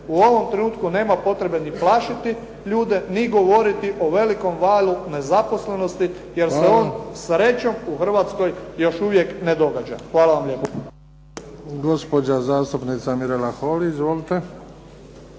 U ovom trenutku nema potrebe ni plašiti ljude, ni govoriti o velikom valu nezaposlenosti, jer se on srećom u Hrvatskoj još uvijek ne događa. Hvala vam lijepo.